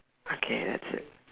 okay that's it